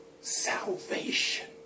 salvation